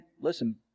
listen